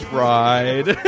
ride